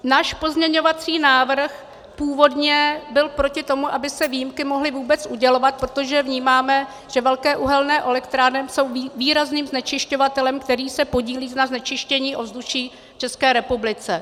Náš pozměňovací návrh původně byl proti tomu, aby se výjimky mohly vůbec udělovat, protože vnímáme, že velké uhelné elektrárny jsou výrazným znečišťovatelem, který se podílí na znečištění ovzduší v České republice.